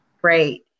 Great